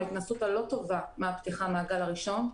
מההתנסות הלא טובה מהפתיחה מהגל הראשון,